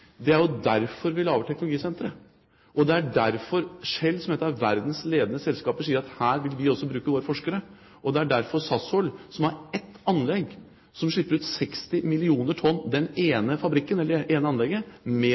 Det er jo derfor vi lager teknologisentre, og det er derfor Shell, som er et av verdens ledende selskaper, sier at her vil vi også bruke våre forskere, og det er derfor Sasol, som har et anlegg som slipper ut 60 millioner tonn, det ene anlegget – det er mer